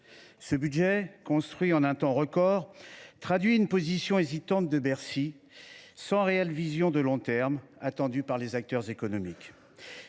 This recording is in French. de budget, construit en un temps record, traduit une position hésitante de Bercy, sans réelle vision de long terme, attendue pourtant par les acteurs économiques.